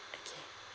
okay